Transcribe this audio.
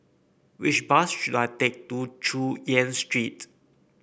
which bus should I take to Chu Yen Street